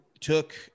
took